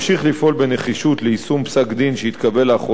פסק-דין שהתקבל לאחרונה בבית-המשפט העליון